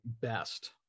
best